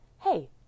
hey